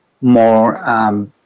more